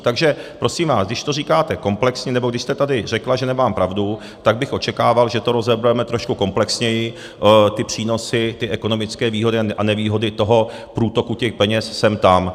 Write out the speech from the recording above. Takže prosím vás, když to říkáte komplexně, nebo když jste tady řekla, že nemám pravdu, tak bych očekával, že to rozebereme trošku komplexněji, ty přínosy, ty ekonomické výhody a nevýhody toho průtoku těch peněz sem tam.